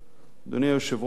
אדוני היושב-ראש,